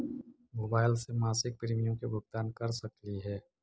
Mobile से मासिक premium के भुगतान कर सकली हे?